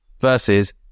versus